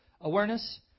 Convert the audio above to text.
awareness